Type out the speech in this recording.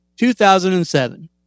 2007